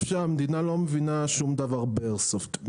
שהמדינה לא מבינה שום דבר באיירסופט,